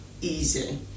easy